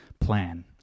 plan